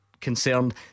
concerned